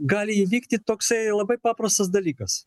gali įvykti toksai labai paprastas dalykas